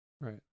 Right